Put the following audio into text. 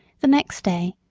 the next day,